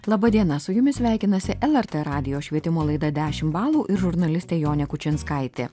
laba diena su jumis sveikinasi lrt radijo švietimo laida dešimt balų ir žurnalistė jonė kučinskaitė